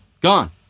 gone